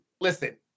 Listen